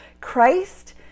Christ